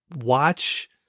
Watch